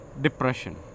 Depression